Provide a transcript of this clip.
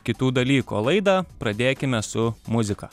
kitų dalykų o laidą pradėkime su muzika